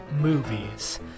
movies